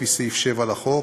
לפי סעיף 7 לחוק,